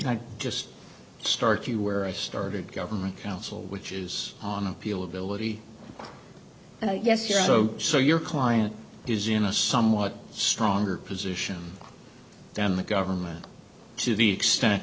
can i just start you where i started government council which is on appeal ability yes you're so so your client is in a somewhat stronger position than the government to the extent